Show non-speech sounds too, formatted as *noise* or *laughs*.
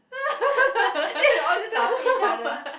*laughs* then we all just laughing at each other